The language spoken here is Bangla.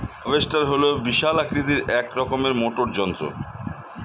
হার্ভেস্টার হল বিশাল আকৃতির এক রকমের মোটর যন্ত্র